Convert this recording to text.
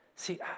See